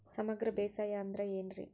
ಸಮಗ್ರ ಬೇಸಾಯ ಅಂದ್ರ ಏನ್ ರೇ?